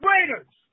Raiders